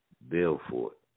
Belfort